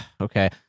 okay